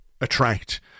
attract